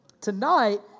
Tonight